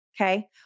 Okay